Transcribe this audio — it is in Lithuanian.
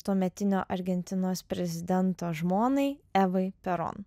tuometinio argentinos prezidento žmonai evai peron